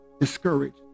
discouraged